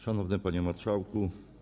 Szanowny Panie Marszałku!